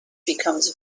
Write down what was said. becomes